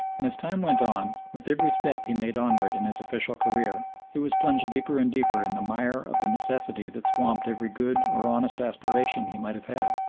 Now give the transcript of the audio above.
and as time went on, with every step he made onward in his official career he was plunged deeper and deeper in the mire of the necessity that swamped every good or honest aspiration he might have had,